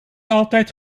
altijd